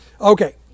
Okay